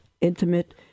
intimate